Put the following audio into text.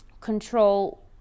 control